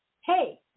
hey